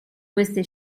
queste